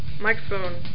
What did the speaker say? microphone